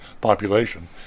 population